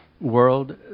world